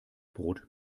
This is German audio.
brot